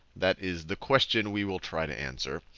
that is the question we will try to answer.